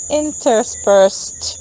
interspersed